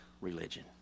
religion